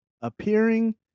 appearing